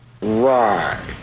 Right